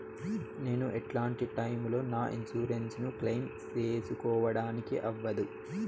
నేను ఎట్లాంటి టైములో నా ఇన్సూరెన్సు ను క్లెయిమ్ సేసుకోవడానికి అవ్వదు?